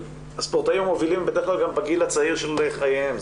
הספורטאים המובילים הם בדרך כלל גם בגיל הצעיר של חייהם,